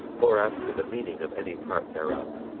or as to the meaning of any part thereof,